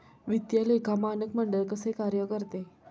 वित्तीय लेखा मानक मंडळ कसे कार्य करते?